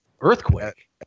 earthquake